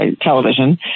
television